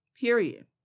Period